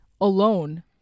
alone